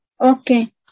Okay